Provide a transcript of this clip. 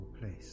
place